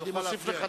שתוכל להפריע לי.